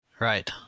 Right